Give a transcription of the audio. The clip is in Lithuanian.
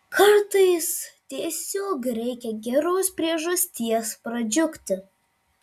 kartais tiesiog reikia geros priežasties pradžiugti